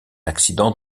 accident